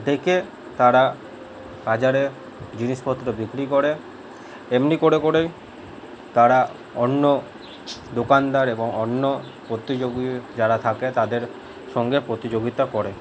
ডেকে তারা বাজারে জিনিসপত্র বিক্রি করে এমনি করে করেই তারা অন্য দোকানদার এবং তারা অন্য প্রতিযোগী যারা থাকে তাদের সঙ্গে প্রতিযোগিতা করে